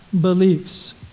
beliefs